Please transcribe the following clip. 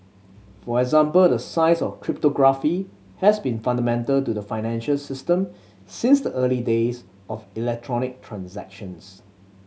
for example the science of cryptography has been fundamental to the financial system since the early days of electronic transactions